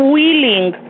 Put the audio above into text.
willing